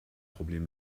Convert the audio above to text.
problem